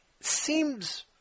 seems